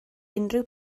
unrhyw